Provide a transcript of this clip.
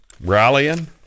Rallying